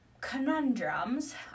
conundrums